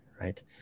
right